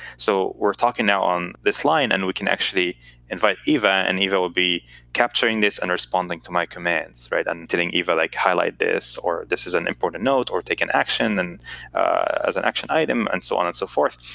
so we're talking now on this line, and we can actually invite eva, and eva will be capturing this and responding to my commands. i'm telling eva, like highlight this, or this is an important note, or take an action as an action item, and so on and so forth.